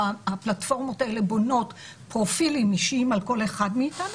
הפלטפורמות האלה בונות פרופילים אישיים על כל אחד מאיתנו,